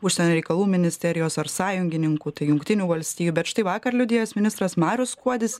užsienio reikalų ministerijos ar sąjungininkų jungtinių valstijų bet štai vakar liudijęs ministras marius skuodis